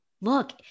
look